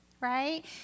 right